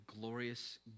glorious